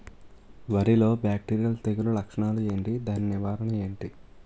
వరి లో బ్యాక్టీరియల్ తెగులు లక్షణాలు ఏంటి? దాని నివారణ ఏంటి?